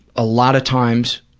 a lot of times